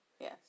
Yes